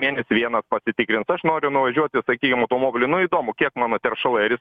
mėnesį vienas pasitikrins aš noriu nuvažiuoti sakykim automobiliu nu įdomu kiek mano teršalai ar